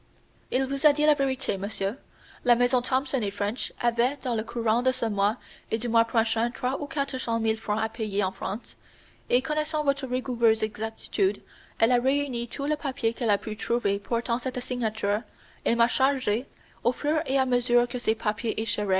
il vous a dit la vérité monsieur la maison thomson et french avait dans le courant de ce mois et du mois prochain trois ou quatre cent mille francs à payer en france et connaissant votre rigoureuse exactitude elle a réuni tout le papier qu'elle a pu trouver portant cette signature et m'a chargé au fur et a mesure que ces papiers